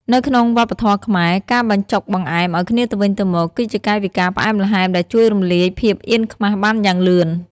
នៅក្នុងវប្បធម៌ខ្មែរ ការបញ្ចុកបង្អែមឱ្យគ្នាទៅវិញទៅមក គឺជាកាយវិការផ្អែមល្ហែមដែលជួយរំលាយភាពអៀនខ្មាសបានយ៉ាងលឿន។